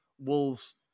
Wolves